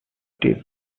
did